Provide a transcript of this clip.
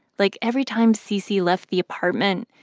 like, every time cc left the apartment,